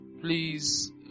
please